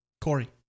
Corey